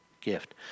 gift